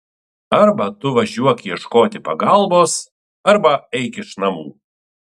arba tu važiuok ieškoti pagalbos arba eik iš namų